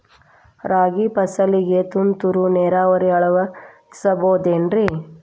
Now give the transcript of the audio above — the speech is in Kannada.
ರಾಗಿ ಫಸಲಿಗೆ ತುಂತುರು ನೇರಾವರಿ ಅಳವಡಿಸಬಹುದೇನ್ರಿ?